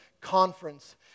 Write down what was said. conference